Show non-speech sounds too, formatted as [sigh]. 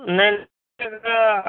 नहीं [unintelligible]